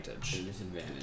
disadvantage